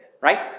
Right